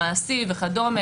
מעשי וכדומה,